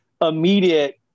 immediate